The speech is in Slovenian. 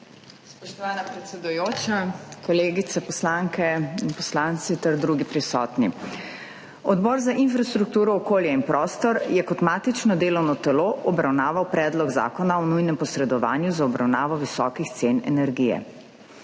Spoštovana predsedujoča, kolegice poslanke in poslanci ter drugi prisotni! Odbor za infrastrukturo, okolje in prostor je kot matično delovno telo obravnaval Predlog zakona o nujnem posredovanju za obravnavo visokih cen energije.